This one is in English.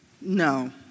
No